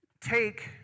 take